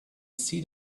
see